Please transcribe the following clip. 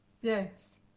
Yes